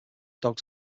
dogs